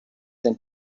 than